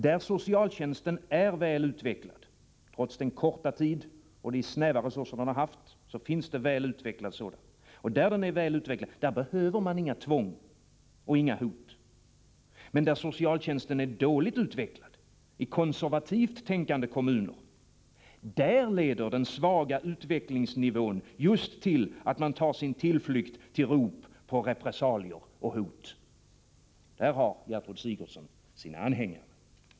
Där socialtjänsten är väl utvecklad trots den korta tid och de snäva resurser man har haft finns det väl utvecklad sådan — behöver man inga tvång och inga hot. Men där socialtjänsten är dåligt utvecklad, i konservativt tänkande kommuner, där leder den svaga utvecklingsnivån just till att man tar sin tillflykt till rop på repressalier och hot. Där har Gertrud Sigurdsen sina anhängare.